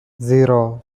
zero